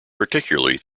particularly